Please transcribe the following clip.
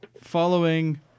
Following